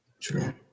True